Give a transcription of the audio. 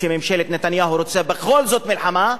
שממשלת נתניהו רוצה בכל זאת מלחמה,